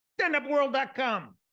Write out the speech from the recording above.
standupworld.com